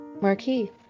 Marquee